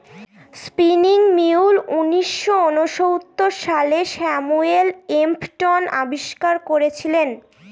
spinning mule উনিশশো ঊনসত্তর সালে স্যামুয়েল ক্রম্পটন আবিষ্কার করেছিলেন